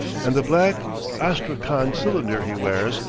and the black astrakhan cylinder he wears,